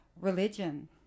religion